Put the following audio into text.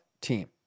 team